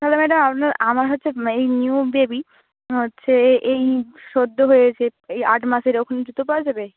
তাহলে ম্যাডাম আপনার আমার হচ্ছে এই নিউ বেবি হচ্ছে এই সদ্য হয়েছে এই আট মাসের ওরকম জুতো পাওয়া যাবে